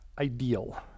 ideal